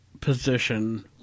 position